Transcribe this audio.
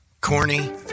Corny